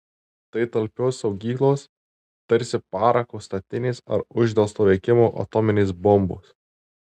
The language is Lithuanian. tai talpios saugyklos tarsi parako statinės ar uždelsto veikimo atominės bombos